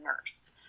nurse